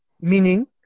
Meaning